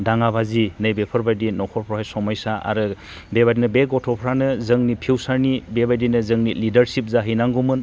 दाङा बाजि नै बेफोरबायदि न'खरफ्रावहाय समयसा आरो बे बादिनो बे गथ'फ्रानो जोंनि फिउचारनि बेबादिनो जोंनि लिडारसिफ जहैनांगौमोन